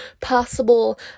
possible